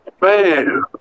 Man